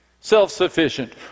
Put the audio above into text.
self-sufficient